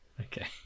Okay